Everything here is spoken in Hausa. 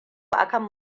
akan